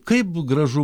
kaip gražu